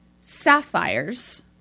sapphires